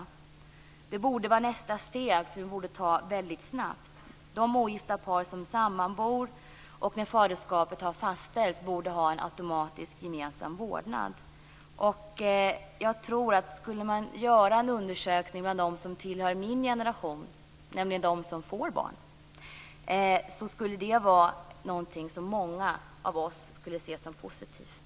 Det borde vara nästa steg, som vi borde ta väldigt snabbt. De ogifta par som sammanbor och där faderskapet har fastställts borde ha en automatisk gemensam vårdnad. Jag tror att om man skulle göra en undersökning bland dem som tillhör min generation, nämligen de som får barn, skulle det vara något som många skulle se som positivt.